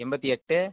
எண்பத்தி எட்டு